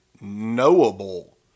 knowable